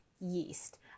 yeast